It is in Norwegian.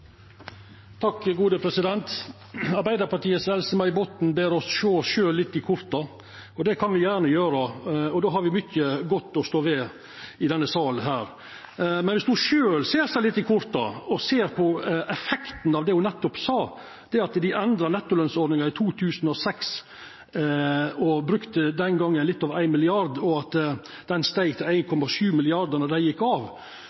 oss sjå oss sjølve litt i korta. Det kan me gjerne gjera, og då har me mykje godt å stå ved her i denne salen. Men dersom ho sjølv ser seg litt i korta og ser på effekten av det ho nettopp sa, at dei endra nettolønsordninga i 2006 og den gongen brukte litt over 1 mrd. kr, og at det steig til 1,7 mrd. kr då dei gjekk av,